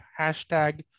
hashtag